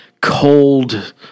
cold